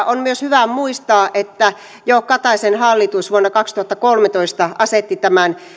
on myös hyvä muistaa että jo kataisen hallitus vuonna kaksituhattakolmetoista asetti tämän